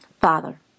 Father